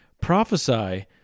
prophesy